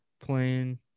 playing